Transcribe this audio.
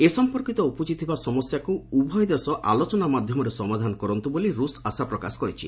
ଏ ସମ୍ଭନ୍ଧିତ ଉପୁଜିଥିବା ସମସ୍ୟାକୁ ଉଭୟ ଦେଶ ଆଲୋଚନା ମାଧ୍ୟମରେ ସମାଧାନ କରନ୍ତୁ ବୋଲି ରୁଷ ଆଶା ପ୍ରକାଶ କରିଛି